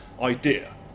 idea